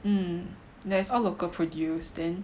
mm there's all local produce then